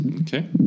Okay